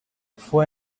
fue